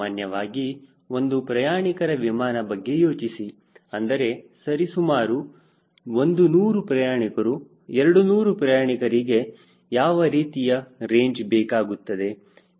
ಸಾಮಾನ್ಯವಾಗಿ ಒಂದು ಪ್ರಯಾಣಿಕರ ವಿಮಾನ ಬಗ್ಗೆ ಯೋಚಿಸಿ ಅಂದರೆ ಸರಿಸುಮಾರು 100 ಪ್ರಯಾಣಿಕರು 200 ಪ್ರಯಾಣಿಕರಿಗೆ ಯಾವ ರೀತಿಯ ರೇಂಜ್ ಬೇಕಾಗುತ್ತದೆ